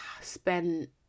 spent